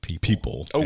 people